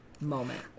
moment